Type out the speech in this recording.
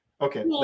Okay